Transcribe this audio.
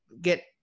get